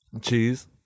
Cheese